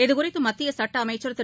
இதுகுறித்துமத்தியசுட்டஅமைச்சர் திரு